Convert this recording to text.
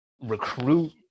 recruit